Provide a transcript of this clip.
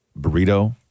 burrito